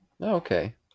okay